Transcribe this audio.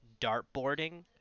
dartboarding